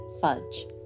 Fudge